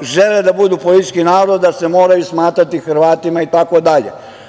žele da budu politički narod se moraju smatrati Hrvatima itd.